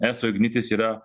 eso ignitis yra